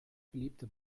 beliebte